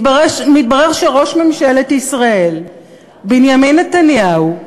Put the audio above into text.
מתברר שראש ממשלת ישראל בנימין נתניהו,